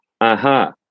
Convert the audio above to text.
Aha